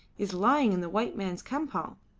is lying in the white man's campong.